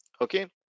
okay